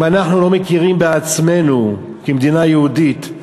אם אנחנו לא מכירים בעצמנו כמדינה יהודית,